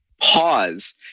pause